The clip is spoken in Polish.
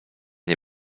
nie